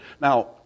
Now